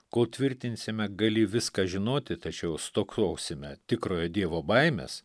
kol tvirtinsime galį viską žinoti tačiau stokosime tikrojo dievo baimės